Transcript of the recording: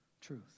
truth